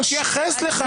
הוא יתייחס לכך.